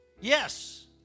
Yes